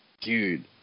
Dude